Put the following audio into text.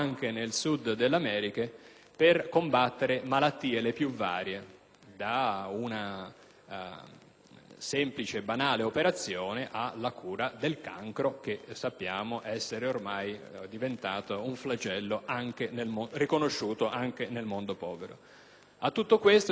semplice, banale operazione alla cura del cancro, che sappiamo essere ormai diventato un flagello riconosciuto anche nel mondo povero. A tutto questo si continuano ad opporre invece la retorica e una pratica di eradicazione forzata delle colture